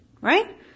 Right